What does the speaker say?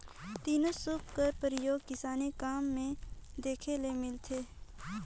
तीनो सूपा कर परियोग किसानी काम मे देखे ले मिलथे